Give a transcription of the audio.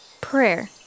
Prayer